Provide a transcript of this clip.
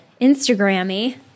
Instagrammy